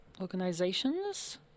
Organizations